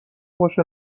باشه